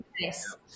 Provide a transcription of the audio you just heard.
nice